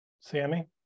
Sammy